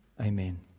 Amen